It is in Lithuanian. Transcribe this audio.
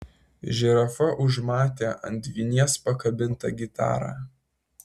žirafa užmatė ant vinies pakabintą gitarą